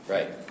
Right